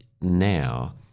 now